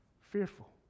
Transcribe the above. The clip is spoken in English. fearful